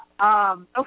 Okay